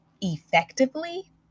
effectively